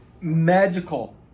magical